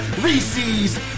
Reese's